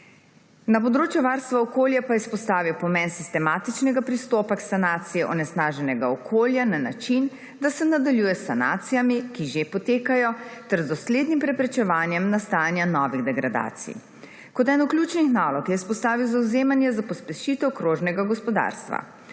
Na področju varstva okolja pa je izpostavil pomen sistematičnega pristopa k sanaciji onesnaženega okolja na način, da se nadaljuje s sanacijami, ki že potekajo, ter z doslednim preprečevanjem nastajanja novih degradacij. Kot eno ključnih nalog je izpostavil zavzemanje za pospešitev krožnega gospodarstva.